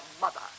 mother